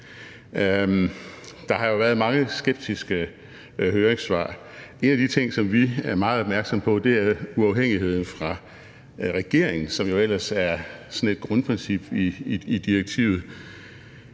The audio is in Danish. Der har jo været mange skeptiske høringssvar. En af de ting, som vi er meget opmærksomme på, er uafhængigheden af regeringen, som jo ellers er sådan et grundprincip i direktivet.